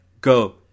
go